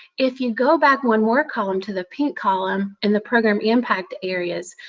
if you go back one more column to the pink column in the program impact areas,